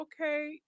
okay